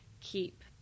keep